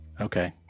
Okay